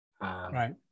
Right